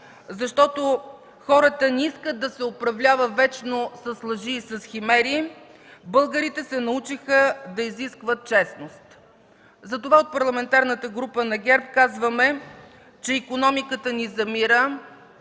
защото хората не искат да се управлява вечно с лъжи и с химери. Българите се научиха да изискват честност. Затова от Парламентарната група на ГЕРБ казваме, че икономиката ни замира,